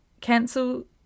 cancel